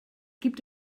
gibt